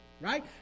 right